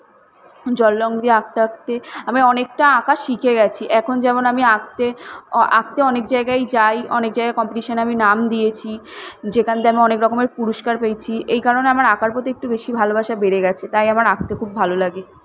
জল রঙ দিয়ে আঁকতে আঁকতে আমি অনেকটা আঁকা শিখে গেছি এখন যেমন আমি আঁকতে ও আঁকতে অনেক জায়গায় যাই অনেক জায়গায় কম্পিটিশানে আমি নাম দিয়েছি যেখান থেকে আমি অনেক রকমের পুরস্কার পেয়েছি এই কারণে আমার আঁকার প্রতি একটু বেশি ভালোবাসা বেড়ে গেছে তাই আমার আঁকতে খুব ভালো লাগে